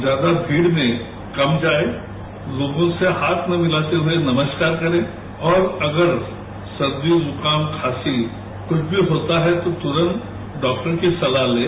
ज्यादा भीड़ में कम जाए तोगों से हाथ न मिलाते हुए नमस्कार करें और अगर सर्दी जुकाम खांसी कुछ भी होता है तो तुरंत डाक्टर की सलाह लें